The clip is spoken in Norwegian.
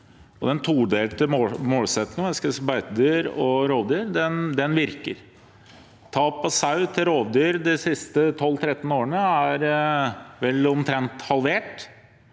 den todelte målsettingen med beitedyr og rovdyr virker. Tap av sau til rovdyr de siste 12–13 årene er vel omtrent halvert,